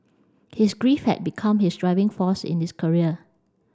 his grief had become his driving force in his career